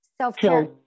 Self-care